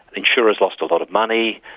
insurers lost a lot of money,